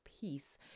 peace